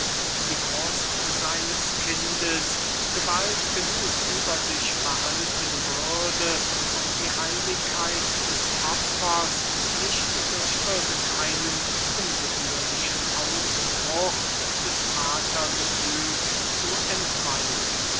in die brust seines kindes gewalt genug über sich behalten würde um die heiligkeit des opfers nicht durch irgend einen ungebührlichen ausbruch des vatergefühls zu entweihen